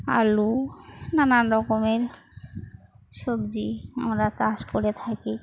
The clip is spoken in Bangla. আলু নানান রকমের সবজি আমরা চাষ করে থাকি